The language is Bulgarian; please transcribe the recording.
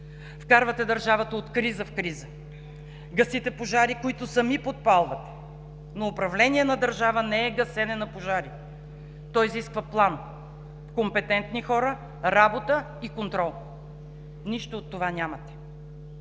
Вкарвате държавата от криза в криза, гасите пожари, които сами подпалвате, но управление на държава не е гасене на пожари, то изисква план, компетентни хора, работа и контрол – нищо от това нямате.